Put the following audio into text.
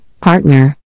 partner